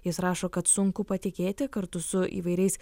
jis rašo kad sunku patikėti kartu su įvairiais